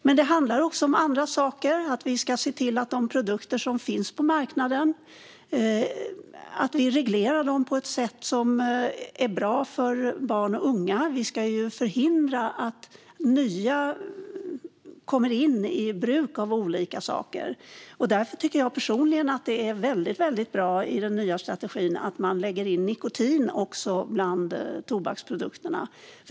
Men det handlar också om andra saker: att vi ska se till att de produkter som finns på marknaden regleras på ett sätt som är bra för barn och unga. Vi ska förhindra att nya personer kommer in i bruk av olika saker. Därför tycker jag personligen att det i den nya strategin är väldigt bra att man också lägger in nikotin bland tobaksprodukterna.